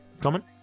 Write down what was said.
comment